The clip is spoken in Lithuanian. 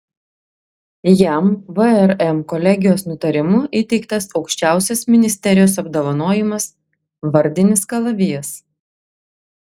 jam vrm kolegijos nutarimu įteiktas aukščiausias ministerijos apdovanojimas vardinis kalavijas